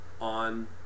on